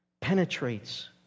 penetrates